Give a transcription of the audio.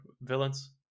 villains